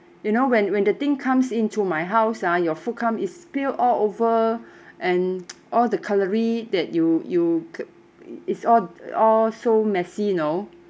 you know when when the thing comes into my house ah your food come is spilled all over and all the cutleries that you you it's all all so messy you know